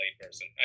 person